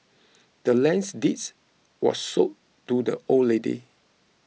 the land's deeds was sold to the old lady